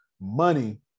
Money